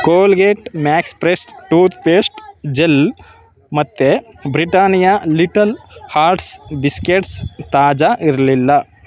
Colgate Max Fresh toothpaste gel ಮತ್ತೆ Britannia Little Hearts biscuits ತಾಜಾ ಇರಲಿಲ್ಲ